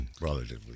relatively